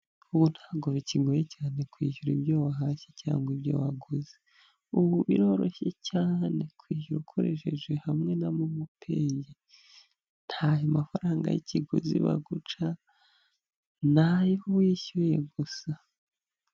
Ubu ntago bikigoye cyane kwishyura ibyo wahashye cyangwa ibyo waguze, ubu biroroshye cyane kwishyura ukoresheje hamwe na momo peyi, nta mafaranga y'ikiguzi baguca ni ayo wishyuye gusa.